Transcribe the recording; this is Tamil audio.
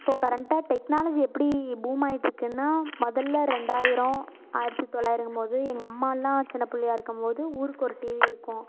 இப்போ கரெண்ட்டாக டெக்னாலஜி எப்படி பூம் ஆகிட்டு இருக்குன்னா முதல்ல ரெண்டாயிரம் ஆயிரத்து தொள்ளாயிரங்கம் போது எங்கள் அம்மாலான் சின்ன பிள்ளையா இருக்கம் போது ஊருக்கு ஒரு டிவி இருக்கும்